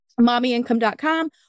MommyIncome.com